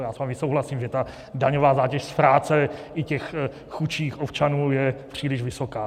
Já s vámi souhlasím, že ta daňová zátěž z práce i těch chudších občanů je příliš vysoká.